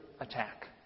attack